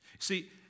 See